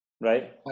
Right